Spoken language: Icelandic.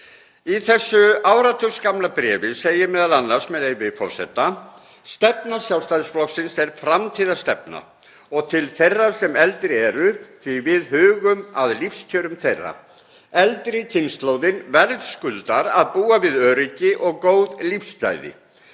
Í þessu áratugsgamla bréfi segir m.a., með leyfi forseta: „Stefna Sjálfstæðisflokksins er framtíðarstefna og til þeirra sem eldri eru því við hugum að lífskjörum þeirra. Eldri kynslóðir verðskulda að búa við öryggi og góð lífsgæði.